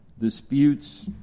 disputes